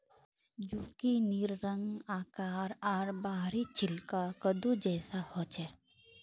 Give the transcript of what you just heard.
जुकिनीर रंग, आकार आर बाहरी छिलका कद्दू जैसा ह छे